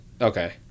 okay